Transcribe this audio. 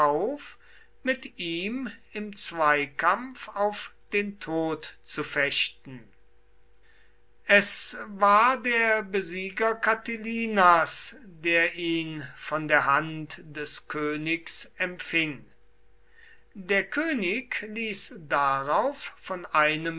mit ihm im zweikampf um den tod zu fechten es war der besieger catilinas der ihn von der hand des königs empfing der könig ließ darauf von einem